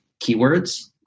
keywords